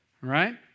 right